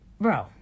bro